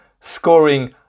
scoring